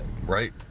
Right